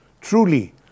Truly